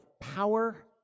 power